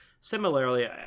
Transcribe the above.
similarly